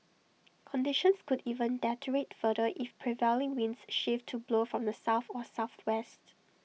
conditions could even deteriorate further if prevailing winds shift to blow from the south or southwest